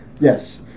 Yes